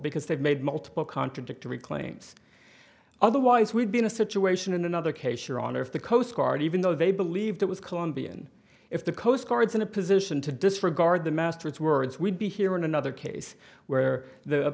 because they've made multiple contradictory claims otherwise we'd be in a situation in another case your honor if the coast guard even though they believed it was colombian if the coast guard's in a position to disregard the master's words we'd be here in another case where the